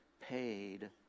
paid